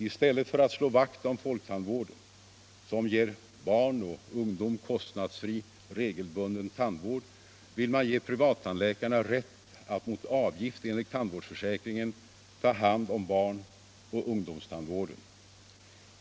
I stället för att slå vakt om folktandvården — som ger barn och ungdom kostnadsfri regelbunden tandvård — vill man ge privattandlikarna rätt att mot avgift enligt tandvårdsförsäkringen ta hand om barnoch ungdomstandvården.